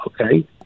Okay